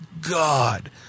God